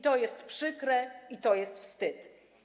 To jest przykre i to jest wstyd.